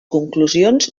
conclusions